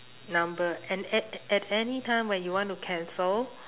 number and at at at any time when you want to cancel